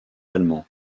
allemand